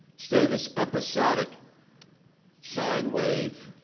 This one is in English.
instead of this episodic sine wave,